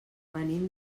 venim